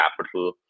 capital